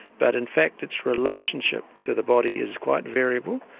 but in fact its relationship to the body is quite variable.